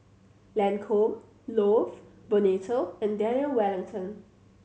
Lancome Love Bonito and Daniel Wellington